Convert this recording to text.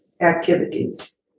activities